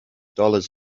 dollars